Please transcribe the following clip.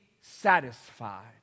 satisfied